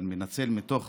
מנצל מתוך